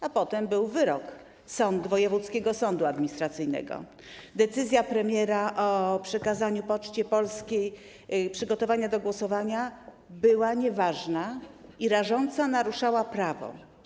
A potem był wyrok wojewódzkiego sądu administracyjnego: Decyzja premiera o przekazaniu Poczcie Polskiej przygotowania głosowania była nieważna i rażąco naruszała prawo.